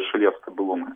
šalies stabilumui